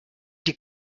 die